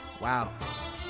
Wow